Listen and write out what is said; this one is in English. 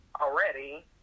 already